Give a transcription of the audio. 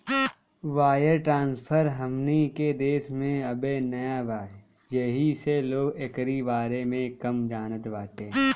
wire transfer हमनी के देश में अबे नया बा येही से लोग एकरी बारे में कम जानत बाटे